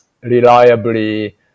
reliably